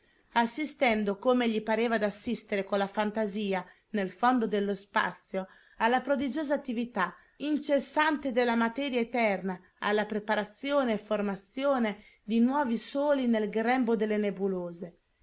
assistendo come gli pareva d'assistere con la fantasia nel fondo dello spazio alla prodigiosa attività al lavoro incessante della materia eterna alla preparazione e formazione di nuovi soli nel grembo delle nebulose